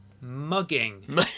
Mugging